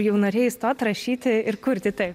jau norėjai įstot rašyt ir kurti taip